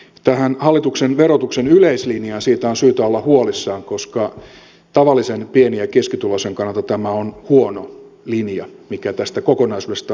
tästä hallituksen verotuksen yleislinjasta on syytä olla huolissaan koska tavallisen pieni ja keskituloisen kannalta tämä on huono linja mikä tästä kokonaisuudesta välittyy